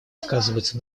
сказываются